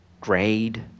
grade